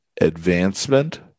advancement